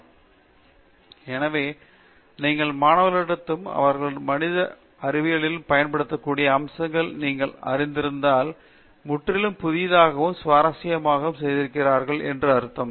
பேராசிரியர் பிரதாப் ஹரிதாஸ் எனவே நீங்கள் மாணவர்களிடமும் அவர்கள் மனித அறிவியல்களில் பயன்படுத்தக்கூடிய அம்சங்களை நீங்கள் அறிந்திருந்தால் முற்றிலும் புதியதாகவும் சுவாரஸ்யமானதாகவும் செய்துகொள்கிறார்கள் என்று அர்த்தம்